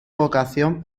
vocación